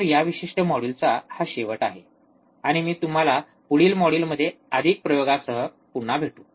तर या विशिष्ट मॉड्यूलचा हा शेवट आहे आणि मी तुम्हाला पुढील मॉड्यूलमध्ये अधिक प्रयोगांसह पुन्हा भेटू